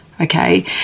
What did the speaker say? okay